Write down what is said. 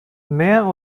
mehr